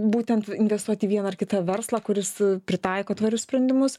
būtent investuot į vieną ar kitą verslą kuris pritaiko tvarius sprendimus